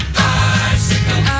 bicycle